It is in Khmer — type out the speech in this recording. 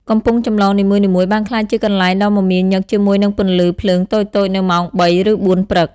កំពង់ចម្លង នីមួយៗបានក្លាយជាកន្លែងដ៏មមាញឹកជាមួយនឹងពន្លឺភ្លើងតូចៗនៅម៉ោង ៣ ឬ ៤ ព្រឹក។